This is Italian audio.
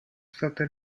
state